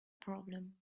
problem